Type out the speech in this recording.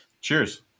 cheers